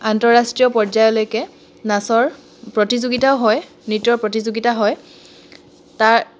আন্তঃৰাষ্ট্ৰীয় পৰ্যায়লৈকে নাচৰ প্ৰতিযোগিতাও হয় নৃত্যৰ প্ৰতিযোগিতা হয় তাৰ